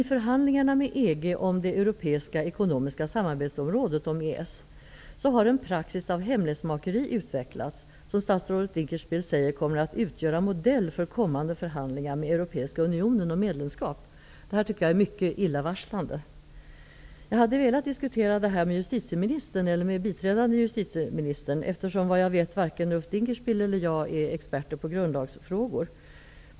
I förhandlingarna med EG om det Europeiska ekonomiska samarbetsområdet, EES, har en praxis av hemlighetsmakeri utvecklats, som statsrådet Dinkelspiel säger kommer att utgöra modell för kommande förhandlingar med Europeiska unionen om medlemskap. Det här tycker jag är mycket illavarslande. Jag hade velat diskutera den här frågan med justitieministern eller med biträdande justitieministern, eftersom varken jag eller Ulf Dinkelspiel torde vara experter på grundlagsfrågor.